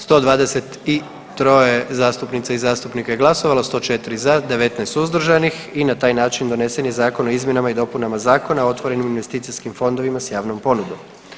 123 zastupnica i zastupnika je glasovalo, 104 za, 19 suzdržanih i na taj način donesen Zakon o izmjenama i dopunama Zakona o otvorenim investicijskim fondovima s javnom ponudom.